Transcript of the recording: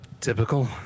Typical